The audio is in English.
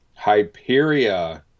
Hyperia